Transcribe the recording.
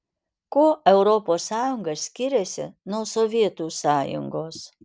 kuo europos sąjunga skiriasi nuo sovietų sąjungos